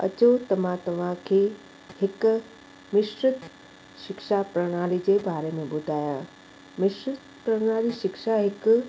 अचो त मां तव्हांखे हिकु मिश्रित शिक्षा प्रणाली जे बारे में ॿुधायां मिश्रित प्रणाली शिक्षा हिकु